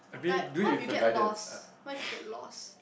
like what if you get lost what if you get lost